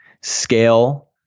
scale